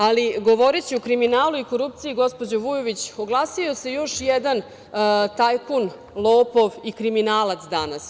Ali, govoriću o kriminalu i korupciji gospođo Vujović, oglasio se još jedan tajkun, lopov i kriminalac danas.